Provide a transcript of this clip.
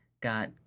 got